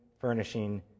furnishing